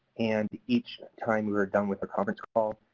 and each time we were done with a conference call,